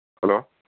hello